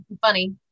funny